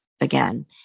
again